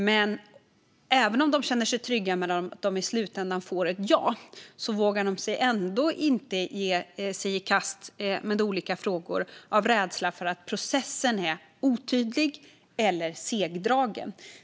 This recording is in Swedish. Men även om de känner sig trygga med att de i slutändan får ett ja vågar de ändå inte ge sig i kast med olika frågor av rädsla för att processen är otydlig eller segdragen.